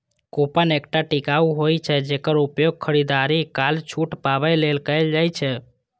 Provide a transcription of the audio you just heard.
coupon एकटा ticket होइ छै, जेकर उपयोग खरीदारी काल छूट पाबै लेल कैल जाइ छै